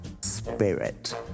Spirit